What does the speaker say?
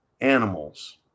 Animals